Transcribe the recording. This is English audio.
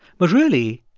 but really,